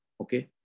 Okay